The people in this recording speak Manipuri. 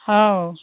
ꯍꯥꯎ